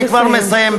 אני כבר מסיים.